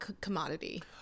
commodity